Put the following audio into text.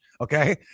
okay